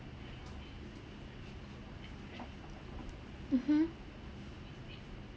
mmhmm